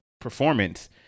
performance